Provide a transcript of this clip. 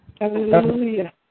Hallelujah